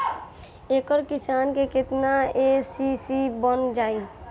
एक किसान के केतना के.सी.सी बन जाइ?